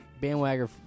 bandwagon